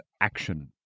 action